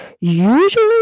usually